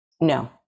No